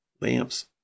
lamps